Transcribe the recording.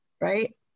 right